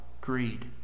greed